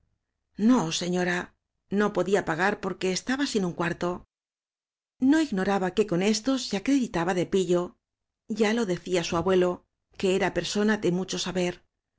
seño ra no podía pagar porque estaba sin un cuar to no ignoraba que con esto se acreditaba ele pillo ya lo decía su abuelo que era persona de mucho sa